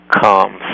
comes